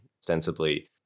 ostensibly